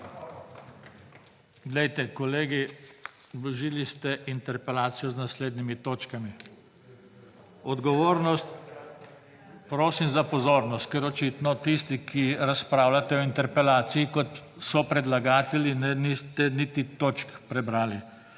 Poglejte, kolegi, vložili ste interpelacijo z naslednjimi točkami: odgovornost …/ nemir v dvorani/ Prosim za pozornost, ker očitno tisti, ki razpravljate o interpelaciji kot sopredlagatelji, niste niti točk prebrali.